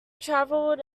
travelled